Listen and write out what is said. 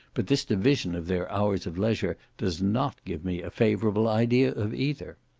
but this division of their hours of leisure does not give me a favourable idea of either.